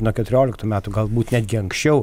nuo keturioliktų metų galbūt netgi anksčiau